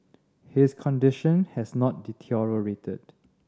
his condition has not deteriorated